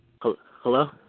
Hello